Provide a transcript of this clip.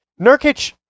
Nurkic